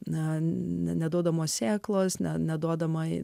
na neduodamos sėklos ne neduodama į